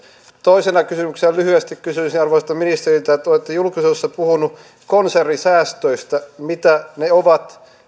toisena kysymyksenä lyhyesti kysyisin arvoisalta ministeriltä kun olette julkisuudessa puhunut konsernisäästöistä mitä ne ovat